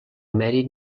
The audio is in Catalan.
mèrit